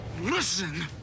Listen